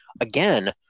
again